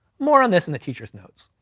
more on this in the teacher's notes.